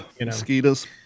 mosquitoes